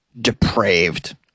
depraved